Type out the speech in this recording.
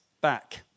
back